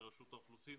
זה רשות האוכלוסין,